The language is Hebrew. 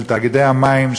של תאגידי המים,